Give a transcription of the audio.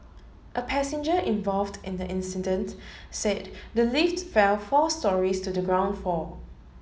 a passenger involved in the incident said the lift fell four storeys to the ground floor